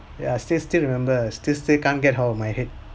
yeah still still remembers still still can't get out of my head